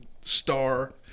star